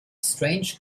strange